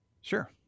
Sure